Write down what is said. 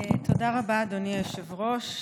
תודה רבה, אדוני היושב-ראש.